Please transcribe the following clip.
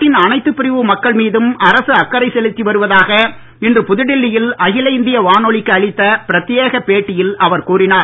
நாட்டின் அனைத்து பிரிவு மக்கள் மீதும் அரசு அக்கறை செலுத்தி வருவதாக இன்று புதுடில்லி யில் அகில இந்திய வானொலிக்கு அளித்த பிரத்தியேகப் பேட்டியில் அவர் கூறினார்